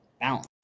balance